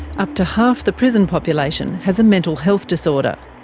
up to half the prison population has a mental health disorder.